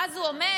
ואז הוא אומר: